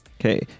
Okay